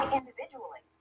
individually